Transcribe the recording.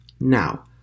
Now